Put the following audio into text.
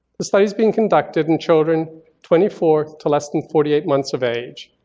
the study is being conducted in children twenty four to less than forty eight months of age,